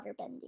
waterbending